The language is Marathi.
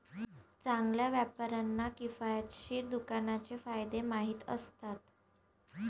चांगल्या व्यापाऱ्यांना किफायतशीर दुकानाचे फायदे माहीत असतात